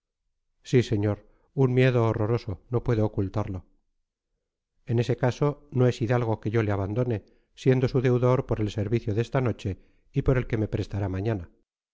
sí señor un miedo horroroso no puedo ocultarlo en ese caso no es hidalgo que yo le abandone siendo su deudor por el servicio de esta noche y por el que me prestará mañana